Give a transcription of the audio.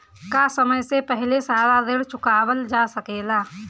का समय से पहले सारा ऋण चुकावल जा सकेला?